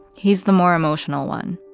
he's the more emotional one